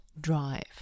drive